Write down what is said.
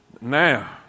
Now